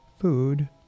food